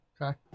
Okay